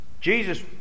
Jesus